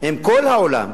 עם כל העולם,